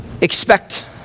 expect